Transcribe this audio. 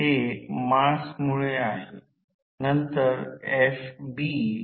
आम्हाला माहित आहे a 2 म्हणून हा भाजक पुन्हा a ने गुणा